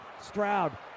Stroud